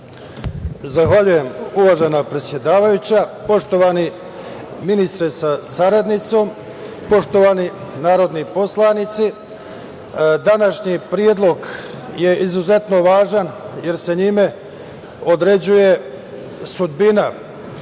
Zahvaljujem, uvažena predsedavajuća. Poštovani ministre sa saradnicom, poštovani narodni poslanici, današnji predlog je izuzetno važan, jer se njime određuje sudbina